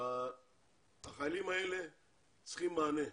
החיילים וכמובן גם כן